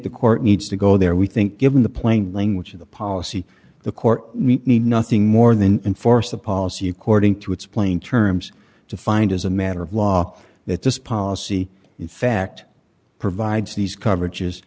the court needs to go there we think given the plain language of the policy the court need nothing more than enforce the policy according to its plain terms to find as a matter of law that this policy in fact provides these coverages